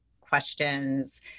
questions